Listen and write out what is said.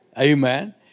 Amen